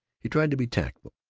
he tried to be tactful.